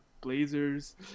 Blazers